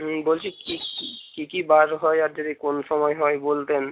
হুম বলছি কী কী কী বার হয় আর যদি কোন সময় হয় বলতেন